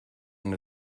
and